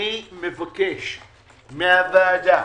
אני מבקש מהועדה,